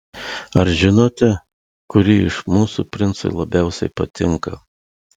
ar žinote kuri iš mūsų princui labiausiai patinka